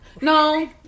No